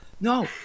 No